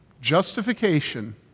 Justification